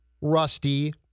rusty